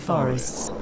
Forest's